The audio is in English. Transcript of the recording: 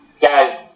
guys